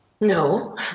No